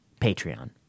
Patreon